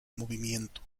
movimiento